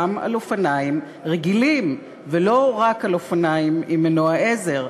על אופניים רגילים ולא רק על אופניים עם מנוע עזר.